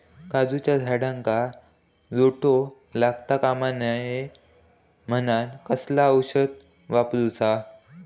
काजूच्या झाडांका रोटो लागता कमा नये म्हनान कसला औषध वापरूचा?